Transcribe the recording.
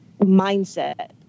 mindset